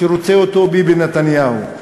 שרוצה ביבי נתניהו.